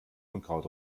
unkraut